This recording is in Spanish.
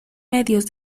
medios